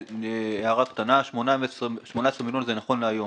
הערה קטנה 18 מיליון זה נכון להיום.